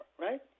right